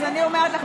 אז אני אומרת לך,